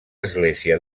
església